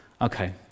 Okay